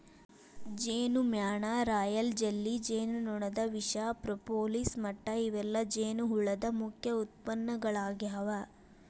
ಜೇನಮ್ಯಾಣ, royal jelly, ಜೇನುನೊಣದ ವಿಷ, propolis ಮಟ್ಟ ಇವೆಲ್ಲ ಜೇನುಹುಳದ ಮುಖ್ಯ ಉತ್ಪನ್ನಗಳಾಗ್ಯಾವ